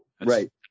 Right